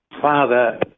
Father